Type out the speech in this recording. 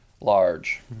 large